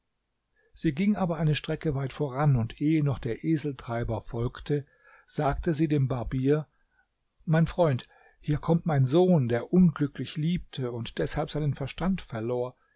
sie ging aber eine strecke weit voran und ehe noch der eseltreiber folgte sagte sie dem barbier mein freund hier kommt mein sohn der unglücklich liebte und deshalb seinen verstand verlor